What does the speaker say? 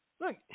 Look